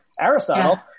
Aristotle